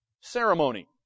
ceremony